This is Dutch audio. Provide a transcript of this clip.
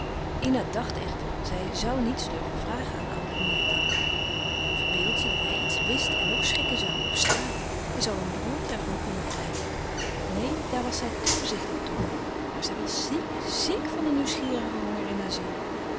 ina dacht echter zij zoû niets durven vragen aan ouden meneer takma verbeeld je dat hij iets wst en ook schrikken zoû op straat hij zoû een beroerte er van kunnen krijgen neen daar was zij te voorzichtig toe maar zij was ziek ziek van den nieuwsgierigen honger in